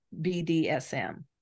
bdsm